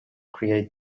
create